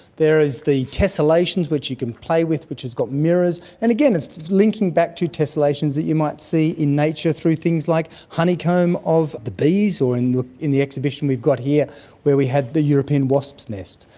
there is the tessellations which you can play with which has got mirrors. and again, it's linking back to tessellations that you might see in nature through things like honeycomb of the bees, or and in the exhibition we've got here where we had the european wasps nest.